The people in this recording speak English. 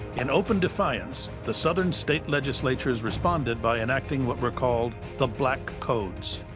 in open defiance, the southern state legislatures responded by enacting what were called the black codes.